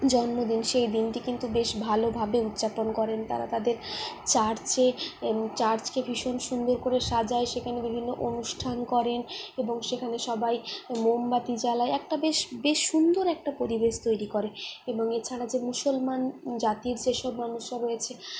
জন্মদিন সেই দিনটি কিন্তু বেশ ভালোভাবে উদযাপন করেন তারা তাদের চার্চে চার্চকে ভীষণ সুন্দর করে সাজায় সেখানে বিভিন্ন অনুষ্ঠান করেন এবং সেখানে সবাই মোমবাতি জ্বালায় একটা বেশ বেশ সুন্দর একটা পরিবেশ তৈরি করে এবং এছাড়া যে যে মুসলমান জাতির যেসব মানুষজন রয়েছে